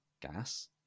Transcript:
gas